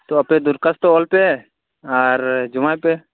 ᱛᱚ ᱟᱯᱮ ᱫᱚᱨᱠᱷᱟᱥᱛᱚ ᱚᱞ ᱯᱮ ᱟᱨ ᱡᱚᱢᱟᱭ ᱯᱮ